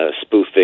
spoofing